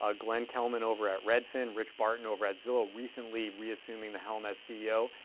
ah glenn kelman over at redfin, rich barton over at zillow, recently re-assuming the helm as ceo.